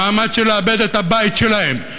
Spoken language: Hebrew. במעמד של לאבד את הבית שלהם,